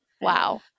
Wow